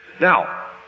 Now